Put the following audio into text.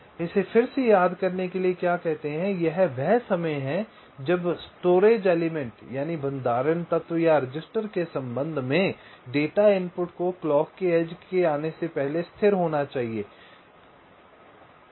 इसे फिर से याद करने के लिए क्या कहते हैं यह वह समय है जब भंडारण तत्व या रजिस्टर के संबंध में डेटा इनपुट को क्लॉक के एज से पहले स्थिर होना चाहिए हर